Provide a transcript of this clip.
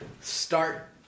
Start